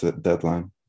deadline